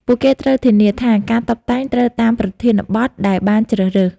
ពួកគេត្រូវធានាថាការតុបតែងត្រូវតាមប្រធានបទដែលបានជ្រើសរើស។